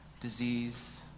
disease